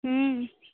हुँ